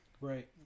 right